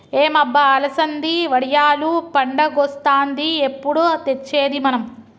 ఏం అబ్బ అలసంది వడియాలు పండగొస్తాంది ఎప్పుడు తెచ్చేది మనం